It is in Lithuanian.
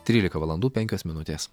trylika valandų penkios minutės